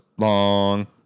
Long